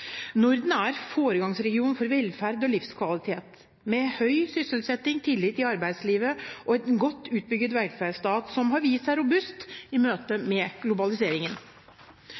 Norden er foregangsregion for velferd og livskvalitet, med høy sysselsetting, tillit i arbeidslivet og godt utbygde velferdsstater, som har vist seg robuste i møte med globaliseringen.